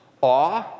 awe